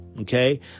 Okay